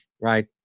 right